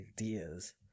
ideas